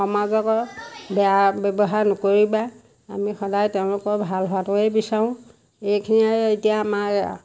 সমাজক বেয়া ব্যৱহাৰ নকৰিবা আমি সদায় তেওঁলোকৰ ভাল হোৱাটোৱেই বিচাৰোঁ এইখিনিয়ে এতিয়া আমাৰ